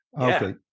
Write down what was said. okay